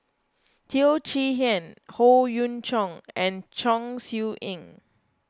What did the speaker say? Teo Chee Hean Howe Yoon Chong and Chong Siew Ying